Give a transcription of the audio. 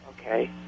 Okay